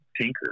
tinker